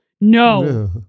No